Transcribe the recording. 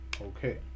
okay